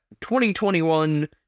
2021